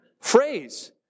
phrase